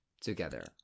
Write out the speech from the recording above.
together